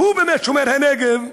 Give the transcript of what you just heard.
והוא באמת שומר הנגב,